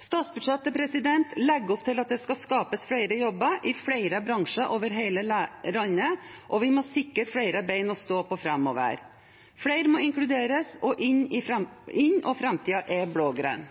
Statsbudsjettet legger opp til at det skal skapes flere jobber i flere bransjer over hele landet, og vi må sikre flere bein å stå på framover. Flere må inkluderes, og framtiden er blå-grønn.